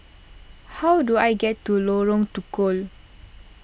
how do I get to Lorong Tukol